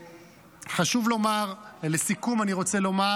חשוב לומר ולסיכום אני רוצה לומר: